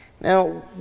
Now